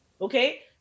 okay